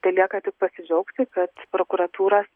telieka tik pasidžiaugti kad prokuratūros